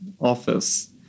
office